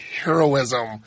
heroism